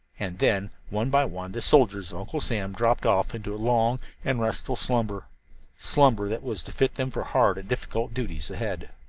and then, one by one, the soldiers of uncle sam dropped off into long and restful slumber slumber that was to fit them for hard and difficult duties ahead.